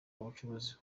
abacuruzi